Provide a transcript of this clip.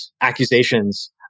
accusations